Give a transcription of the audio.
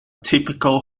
typical